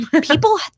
people